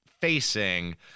facing